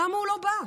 למה הוא לא בא?